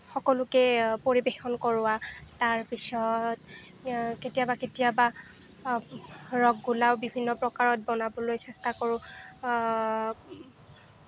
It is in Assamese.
সকলোকে পৰিৱেশন কৰোৱা তাৰপিছত কেতিয়াবা কেতিয়াবা ৰসগোল্লাও বিভিন্ন প্ৰকাৰত বনাবলৈ চেষ্টা কৰোঁ